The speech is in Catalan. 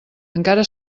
encara